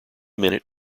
minute